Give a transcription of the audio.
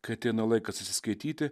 kai ateina laikas atsiskaityti